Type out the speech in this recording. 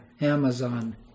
Amazon